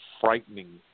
frightening